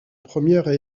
première